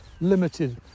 limited